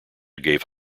gave